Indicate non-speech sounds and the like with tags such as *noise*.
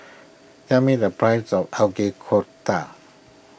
tell me the price of *unintelligible* Kofta